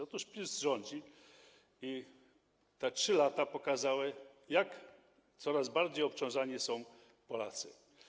Otóż PiS rządzi i te 3 lata pokazały, jak coraz bardziej obciążani są Polacy.